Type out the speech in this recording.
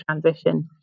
transition